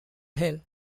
hill